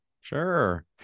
Sure